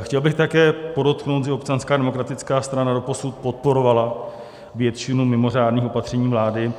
Chtěl bych také podotknout, že Občanská demokratická strana doposud podporovala většinu mimořádných opatření vlády,